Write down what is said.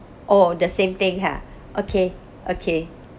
oh the same thing ha okay okay